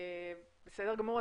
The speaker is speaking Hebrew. בסדר גמור.